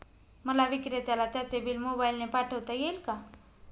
मला विक्रेत्याला त्याचे बिल मोबाईलने पाठवता येईल का?